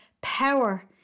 power